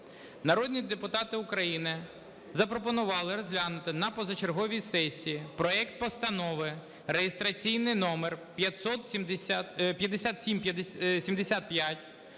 Народні депутати України запропонували розглянути на позачерговій сесії проект Постанови (реєстраційний номер 5775)